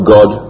God